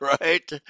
right